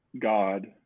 God